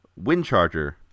Windcharger